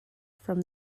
from